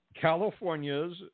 California's